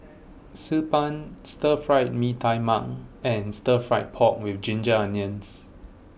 Xi Ban Stir Fried Mee Tai Mak and Stir Fried Pork with Ginger Onions